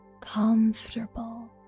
comfortable